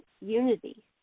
unity